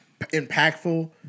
impactful